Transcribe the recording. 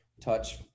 touch